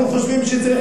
אנחנו חושבים שצריך,